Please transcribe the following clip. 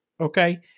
Okay